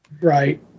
Right